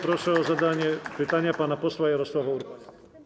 Proszę o zadanie pytania pana posła Jarosława Urbaniaka.